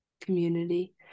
community